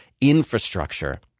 infrastructure